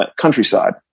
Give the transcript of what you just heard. countryside